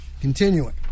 Continuing